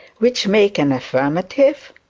which makes an affirmative?